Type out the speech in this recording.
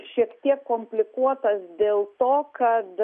šiek tiek komplikuotas dėl to kad